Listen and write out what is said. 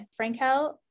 Frankel